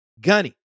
gunny